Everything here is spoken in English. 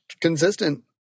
consistent